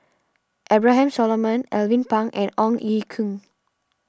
Abraham Solomon Alvin Pang and Ong Ye Kung